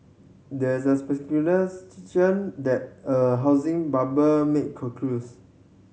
there's a that a housing bubble may concludes